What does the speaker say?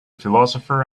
philosopher